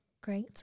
Great